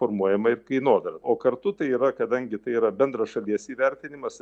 formuojama ir kainodarą o kartu tai yra kadangi tai yra bendras šalies įvertinimas